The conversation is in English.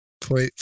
Point